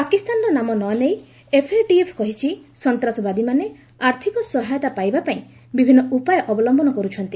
ପାକିସ୍ତାନର ନାମ ନନେଇ ଏଫ୍ଏଟିଏଫ୍ କହିଛି ସନ୍ତାସବାଦୀମାନେ ଆର୍ଥିକ ସହାୟତା ପାଇବା ପାଇଁ ବିଭିନ୍ନ ଉପାୟ ଅବଲମ୍ବନ କରୁଛନ୍ତି